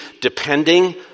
depending